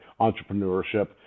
entrepreneurship